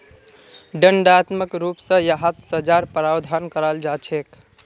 दण्डात्मक रूप स यहात सज़ार प्रावधान कराल जा छेक